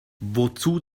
wozu